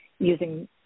using